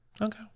Okay